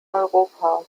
europa